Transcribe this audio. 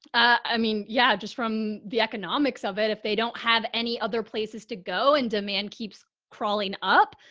i mean, yeah, just from the economics of it. if they don't have any other places to go and demand keeps crawling up,